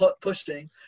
pushing